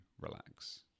relax